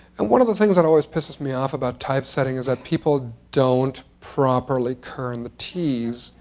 and one of the things that always pisses me off about typesetting is that people don't properly kern the ts.